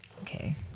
Okay